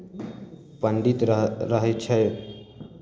पण्डित र रहै छै